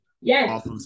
Yes